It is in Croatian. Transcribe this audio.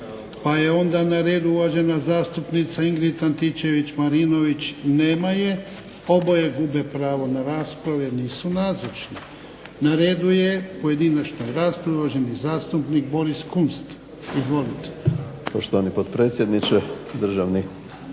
Pa je onda na redu uvažena zastupnica Ingrid Antičević Marinović. Nema je. Oboje gube pravo na raspravu jer nisu nazočni. Na redu je pojedinačna rasprava, uvaženi zastupnik Boris Kunst. Izvolite. **Kunst, Boris (HDZ)** Poštovani potpredsjedniče, državni